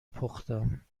پختم